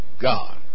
God